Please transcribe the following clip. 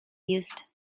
used